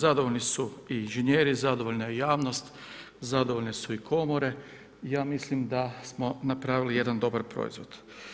Zadovoljni su i inženjeri, zadovoljna je i javnost, zadovolje su i komore i ja mislim da smo napravili jedan dobar proizvod.